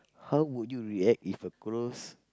how would you react if a close